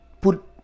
put